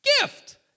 gift